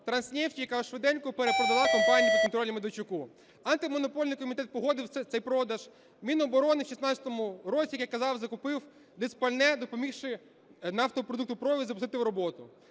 "Транснефті", яка швиденько перепродала компанії, підконтрольній Медведчуку. Антимонопольний комітет погодив цей продаж. Міноборони в 16-му році, як я казав, закупив дизпальне, допомігши нафтопродуктопровід запустити в роботу.